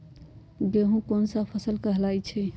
गेहूँ कोन सा फसल कहलाई छई?